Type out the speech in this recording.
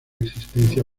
existencia